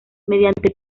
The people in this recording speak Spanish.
mediante